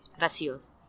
vacíos